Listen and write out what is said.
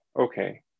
okay